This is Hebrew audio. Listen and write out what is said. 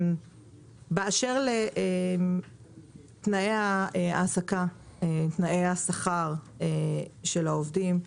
באשר לתנאי ההעסקה, תנאי השכר של העובדים,